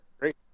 great